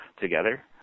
together